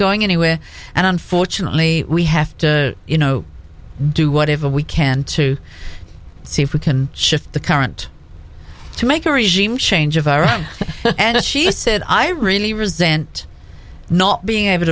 going anywhere and unfortunately we have to you know do whatever we can to see if we can shift the current to make a regime change of iran and she said i really resent not being able